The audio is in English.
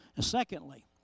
Secondly